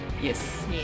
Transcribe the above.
Yes